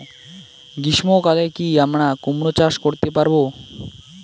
গ্রীষ্ম কালে কি আমরা কুমরো চাষ করতে পারবো?